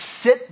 sit